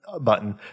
button